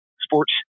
sports